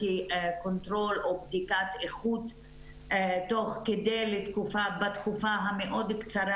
איכות או בדיקת איכות תוך כדי בתקופה המאוד קצרה